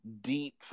deep